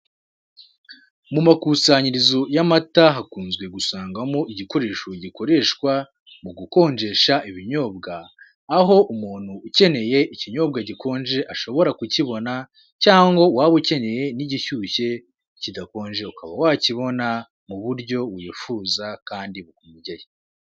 Mu makusanyirizo y'amata hakunzwe gusangwamo igikoresho gikoreshwa mu gukonjesha ibinyobwa, aho umuntu ukeneye ikinyobwa gikonje ashobora kukibona cyangwa waba ukeneye n'igishyushye kidakonje ukaba wakibona mu buryo wifuza kandi bukunogeye.